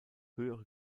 höhere